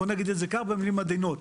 בוא נגיד את זה במילים עדינות.